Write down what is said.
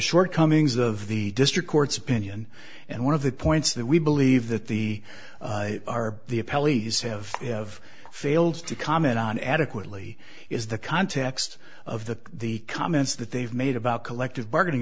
shortcomings of the district court's opinion and one of the points that we believe that the are the pelleas have of failed to comment on adequately is the context of the the comments that they've made about collective bargaining